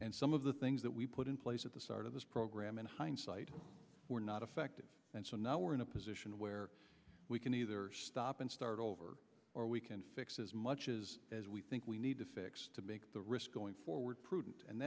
and some of the things that we put in place at the start of this program in hindsight were not effective and so now we're in a position where we can either stop and start over or we can fix as much is as we think we need to fix to make the risk going forward prudent and